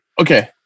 okay